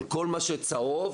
כל מה שבצהוב